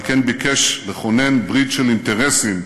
ועל כן ביקש לכונן ברית של אינטרסים